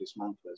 dismantlers